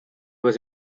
was